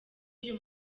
uyu